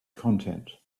content